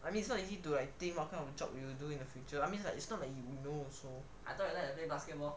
I mean it's not easy to like think what kind of job you will do in the future I means like it's not like you will know also